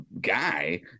guy